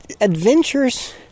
Adventures